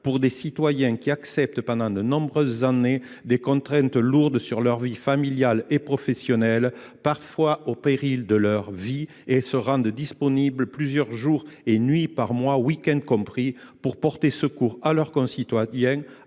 pour des citoyens qui acceptent pendant de nombreuses années des contraintes lourdes sur leur vie familiale et personnelle, parfois au péril de leur vie, se rendant disponibles plusieurs journées et nuits par mois, week end compris, pour porter secours à leurs concitoyens